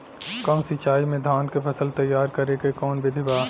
कम सिचाई में धान के फसल तैयार करे क कवन बिधि बा?